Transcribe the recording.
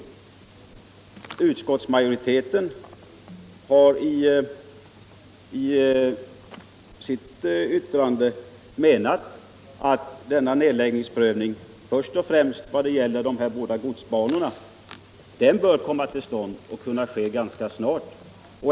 järnvägslinjer Utskottsmajoriteten menar att nedläggningsprövningen först och — m.m. främst i vad det gäller de båda godsbanorna Fågelsta-Vadstena och Uppsala-Hallstavik bör komma till stånd och nedläggning kunna ske ganska snart.